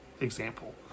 example